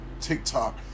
TikTok